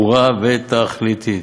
ברורה ותכליתית.